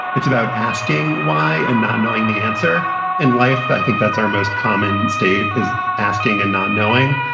it's about asking why and not knowing the answer in life. i think that's our most common state is asking and not knowing.